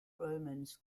romans